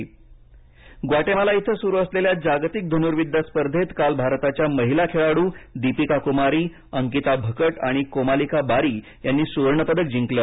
तिरंदाजी ग्वाटेमाला इथं सुरु असलेल्या जागतिक धनुर्विद्या स्पर्धेत काल भारताच्या महिला खेळाडू दीपिका कुमारी अंकिता भकट आणि कोमालिका बारी यांनी सुवर्णपदक जिकलं